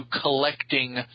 collecting